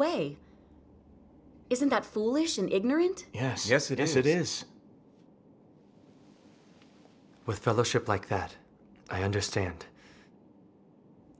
way isn't that foolish and ignorant yes yes it is it is with fellowship like that i understand